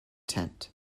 tent